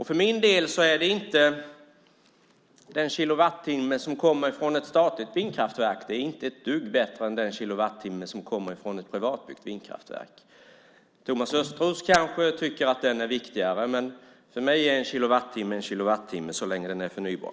För min del är inte en kilowattimme som kommer från ett statligt vindkraftverk ett dugg bättre än den kilowattimme som kommer från ett privatbyggt vindkraftverk. Thomas Östros kanske tycker att den är viktigare, men för mig är en kilowattimme en kilowattimme så länge den är förnybar.